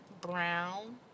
Brown